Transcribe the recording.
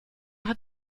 hat